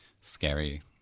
scary